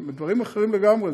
הם דברים אחרים לגמרי,